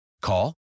Call